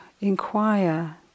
inquire